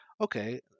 okay